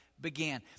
began